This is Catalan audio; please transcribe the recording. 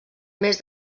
més